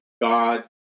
God